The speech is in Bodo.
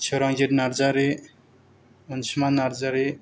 सोरांजित नार्जारि अनसुमा नार्जारि